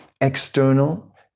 external